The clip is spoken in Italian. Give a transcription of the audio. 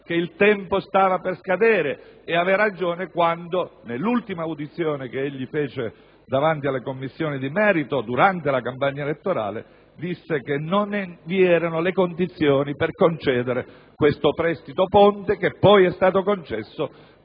che il tempo stava per scadere. Aveva ragione anche quando, nell'ultima audizione che egli sostenne davanti alle Commissioni di merito durante la campagna elettorale, disse che non vi erano le condizioni per concedere questo prestito ponte, anche se poi è stato concesso